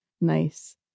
Nice